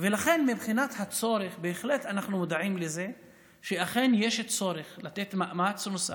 לכן מבחינת הצורך אנחנו בהחלט מודעים לזה שאכן יש צורך לתת מאמץ נוסף,